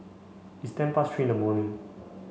its ten past three in the morning